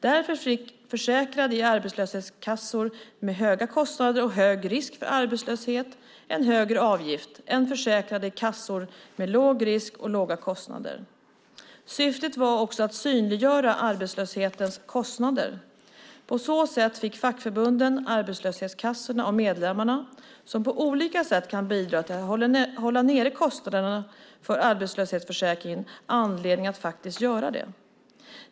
Därför fick försäkrade i arbetslöshetskassor med höga kostnader och hög risk för arbetslöshet en högre avgift än försäkrade i kassor med låg risk och låga kostnader. Syftet var också att synliggöra arbetslöshetens kostnader. På så sätt fick fackförbunden, arbetslöshetskassorna och medlemmarna, som på olika sätt kan bidra till att hålla nere kostnaderna för arbetslöshetsförsäkringen, anledning att faktiskt göra det.